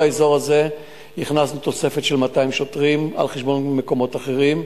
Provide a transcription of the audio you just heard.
בכל האזור הזה הכנסנו תוספת של 200 שוטרים על חשבון מקומות אחרים,